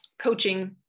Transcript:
coaching